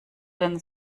denn